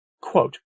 Quote